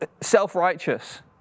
self-righteous